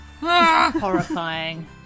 Horrifying